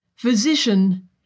Physician